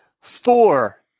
Four